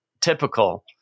typical